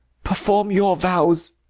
perform your vows,